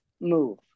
move